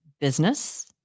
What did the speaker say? business